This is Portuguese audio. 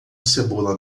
cebola